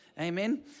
Amen